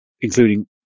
including